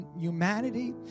humanity